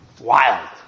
wild